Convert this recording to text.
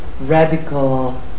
radical